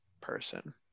person